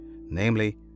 namely